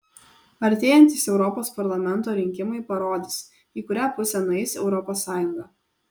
artėjantys europos parlamento rinkimai parodys į kurią pusę nueis europos sąjunga